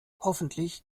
hoffentlich